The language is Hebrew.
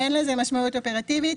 אין לזה משמעות אופרטיבית.